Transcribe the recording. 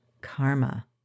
karma